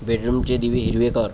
बेडरूमचे दिवे हिरवे कर